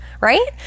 right